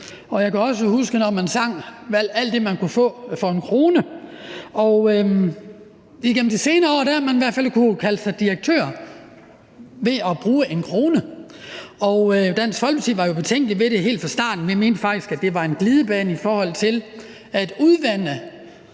jeg kan også huske, når man sang om alt det, man kunne få for 1 kr., og igennem de senere år har man i hvert fald kunnet kalde sig direktør ved at bruge 1 kr. Dansk Folkeparti var jo betænkelige ved det helt fra starten; vi mente faktisk, at det var en glidebane i forhold til at udvande